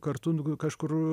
kartu kažkur